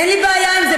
אין לי בעיה עם זה.